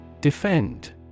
Defend